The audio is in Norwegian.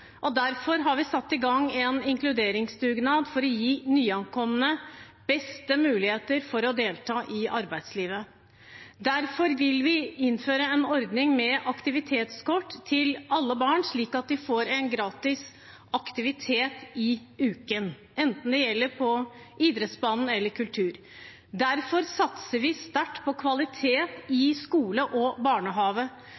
og derfor har vi satt i gang en inkluderingsdugnad for å gi nyankomne beste muligheter for å delta i arbeidslivet. Derfor vil vi innføre en ordning med aktivitetskort til alle barn, slik at de får en gratis aktivitet i uken, enten det gjelder på idrettsbanen eller kultur. Derfor satser vi sterkt på kvalitet i